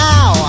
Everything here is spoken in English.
Now